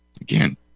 Again